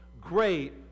great